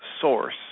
source